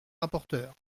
rapporteure